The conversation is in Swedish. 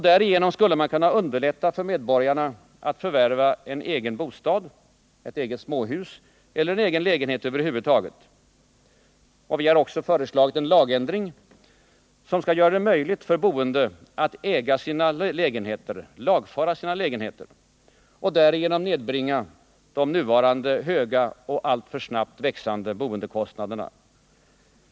Därigenom skulle man kunna underlätta för medborgarna att förvärva en egen bostad, ett eget småhus eller en egen lägenhet över huvud taget. Vi har också föreslagit en lagändring, som skall göra det möjligt för boende att äga och lagfara sina lägenheter och därigenom nedbringa de nuvarande höga och alltför snabbt växande boendekostnaderna.